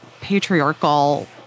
patriarchal